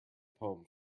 poem